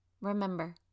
Remember